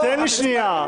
אבל תן לי שנייה.